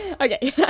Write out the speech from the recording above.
Okay